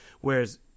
Whereas